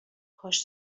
کاش